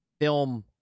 film